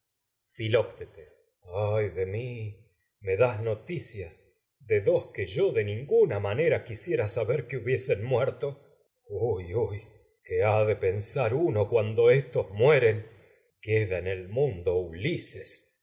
ay de manera mí me das noticia de que dos que yo de ninguna quisiera saber hubiesen muerto huy huy qué ha de y pensar uno cuando éstos en vez mueren queda en el mundo ulises